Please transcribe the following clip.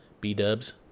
B-dubs